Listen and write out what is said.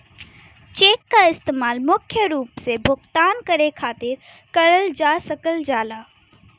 check क इस्तेमाल मुख्य रूप से भुगतान करे खातिर करल जा सकल जाला